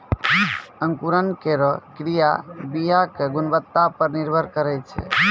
अंकुरन केरो क्रिया बीया क गुणवत्ता पर निर्भर करै छै